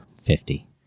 Fifty